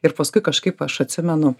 ir paskui kažkaip aš atsimenu